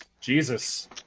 Jesus